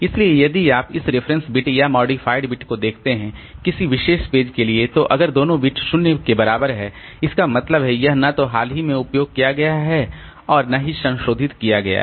इसलिए यदि आप इस रेफरेंस बिट और मॉडिफाइड बिट को देखते हैं किसी विशेष पेज के लिए तो अगर दोनों बिट 0 के बराबर है इसका मतलब है यह न तो हाल ही में उपयोग किया गया है और न ही संशोधित किया गया है